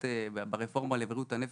מה הנתונים היום?